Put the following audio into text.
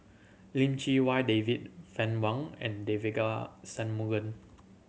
Lim Chee Wai David Fann Wong and Devagi Sanmugam